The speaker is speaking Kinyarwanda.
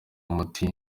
umuti